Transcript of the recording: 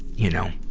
you know,